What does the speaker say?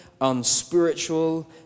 unspiritual